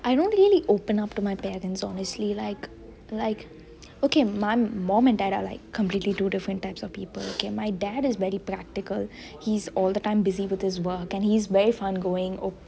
I don't really open up to my parents honestly like like okay my mum and dad are like completely two different types of people my dad is very practical he's all the time busy with his work and he's very fun going